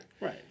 Right